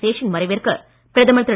சேஷன் மறைவிற்கு பிரதமர் திரு